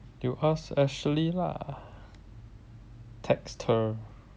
you ask ashley lah text her